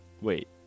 Wait